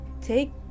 Take-